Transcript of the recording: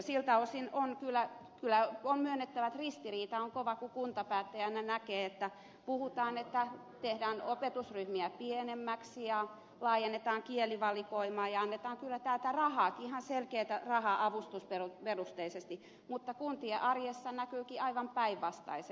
siltä osin on kyllä myönnettävä että ristiriita on kova kun kuntapäättäjänä näkee että puhutaan että tehdään opetusryhmiä pienemmiksi ja laajennetaan kielivalikoimaa ja annetaan kyllä täältä ihan selkeää rahaa avustusperusteisesti mutta kuntien arjessa tilanne näkyykin aivan päinvastaisena